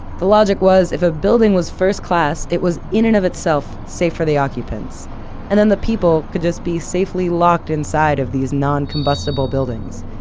the logic was if a building was first class it was in and of itself, safe for the occupants and that the people could just be safely locked inside of these non-combustible buildings.